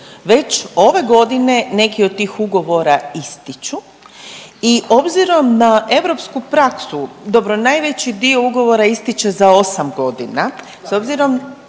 već ove godine neki od tih ugovora ističu i obzirom na europsku praksu, dobro najveći dio ugovora ističe za 8 godina s obzirom,